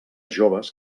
joves